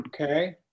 Okay